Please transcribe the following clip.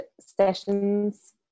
sessions